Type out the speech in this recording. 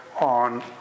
on